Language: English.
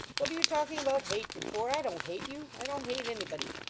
what are you talking about hatred for? i don't hate you i don't hate anybody.